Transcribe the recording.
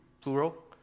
plural